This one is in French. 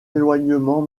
éloignement